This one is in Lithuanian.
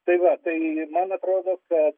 tai va tai man atrodo kad